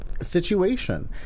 situation